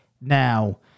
now